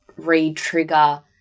re-trigger